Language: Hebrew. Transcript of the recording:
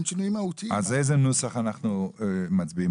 על איזה נוסח אנחנו מצביעים?